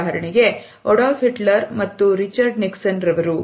ಉದಾಹರಣೆಗೆ Adolf Hitler ಮತ್ತು Richard Nixon ರವರು